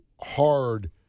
hard